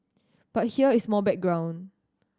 but here is more background